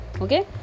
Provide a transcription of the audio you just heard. okay